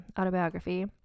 autobiography